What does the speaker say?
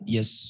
Yes